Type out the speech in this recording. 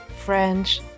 French